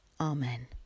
Amen